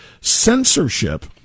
censorship